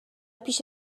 پیش